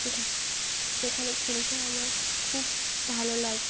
সেখানে সেখানে খেলতে আমার খুব ভালো লাগে